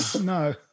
no